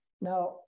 Now